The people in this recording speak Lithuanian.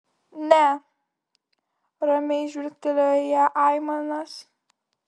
ne ramiai žvilgtelėjo į ją aimanas